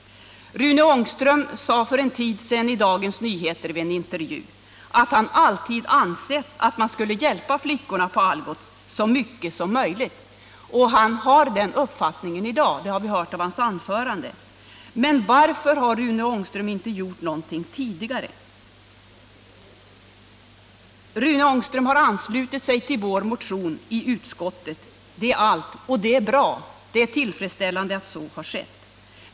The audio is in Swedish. Rune Ångström sade för en tid sedan i en intervju i Dagens Nyheter att han alltid ansett att man skulle hjälpa flickorna på Algots så mycket som möjligt. Och han har den uppfattningen i dag, det har vi hört av hans anförande. Men varför har Rune Ångström inte gjort någonting tidigare? Rune Ångström har anslutit sig till vår motion i utskottet, och det är bra. Det är tillfredsställande att så har skett.